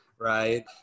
right